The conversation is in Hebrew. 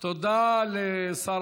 אני מקווה שעניתי לך.